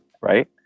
right